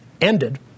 ended